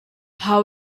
how